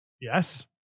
Yes